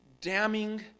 damning